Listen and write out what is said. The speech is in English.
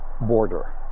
border